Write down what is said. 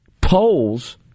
polls